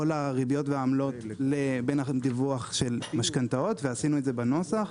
הריביות והעמלות לבין הדיווח של משכנתאות ועשינו את זה בנוסח.